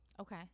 Okay